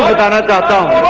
da da da da